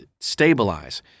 stabilize